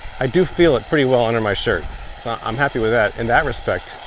i do feel it pretty well under my shirt, so i'm happy with that in that respect.